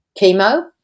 chemo